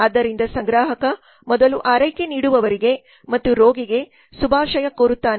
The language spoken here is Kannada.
ಆದ್ದರಿಂದ ಸಂಗ್ರಾಹಕ ಮೊದಲು ಆರೈಕೆ ನೀಡುವವರಿಗೆ ಮತ್ತು ರೋಗಿಗೆ ಶುಭಾಶಯ ಕೋರುತ್ತಾನೆ